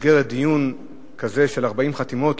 שבמסגרת דיון כזה של 40 חתימות,